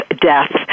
death